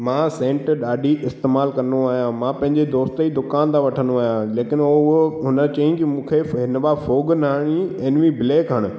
मां सेंट ॾाढी इस्तेमालु कंदो आहियां मां पंहिंजे दोस्त जी दुकान तां वठंदो आहियां लेकिन ओ उहो हुन चईं कि मूंखे हिन मां फोग न हड़ ई एन्वी ब्लैक हणु